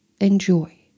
Enjoy